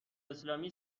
اسلامی